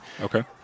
Okay